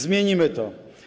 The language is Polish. Zmienimy to.